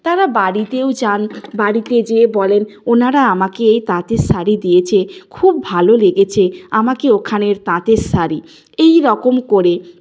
তারা বাড়িতেও যান বাড়িতে যেয়ে বলেন ওনারা আমাকে এই তাঁতের শাড়ি দিয়েছে খুব ভালো লেগেছে আমাকে ওখানের তাঁতের শাড়ি এইরকম করে